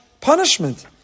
punishment